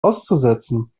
auszusetzen